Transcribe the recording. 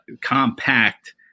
compact